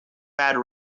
bad